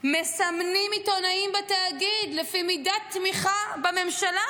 מסמנים עיתונאים בתאגיד לפי מידת תמיכה בממשלה,